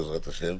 בעזרת השם.